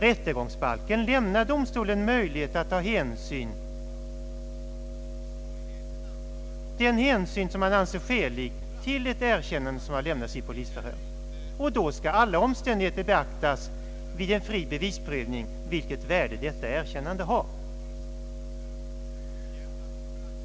Rättegångsbalken lämnar domstolen möjlighet att ta den hänsyn som man anser skälig till ett erkännande som har lämnats vid polisförhör. Då skall vid en fri bevisprövning alla omständigheter beaktas när det gäller att bedöma vilket värde ett sådant erkännande har.